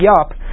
up